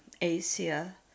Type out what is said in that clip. Asia